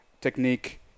technique